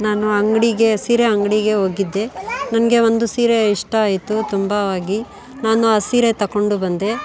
ನಾನು ಅಂಗಡಿಗೆ ಸೀರೆ ಅಂಗಡಿಗೆ ಹೋಗಿದ್ದೆ ನನಗೆ ಒಂದು ಸೀರೆ ಇಷ್ಟ ಆಯಿತು ತುಂಬವಾಗಿ ನಾನು ಆ ಸೀರೆ ತಗೊಂಡು ಬಂದೆ